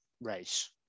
race